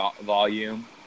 volume